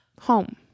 home